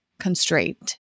constraint